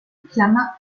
klammer